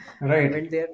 Right